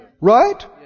Right